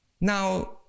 Now